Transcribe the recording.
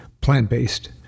plant-based